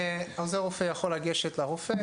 עוזר הרופא יכול לגשת לרופא.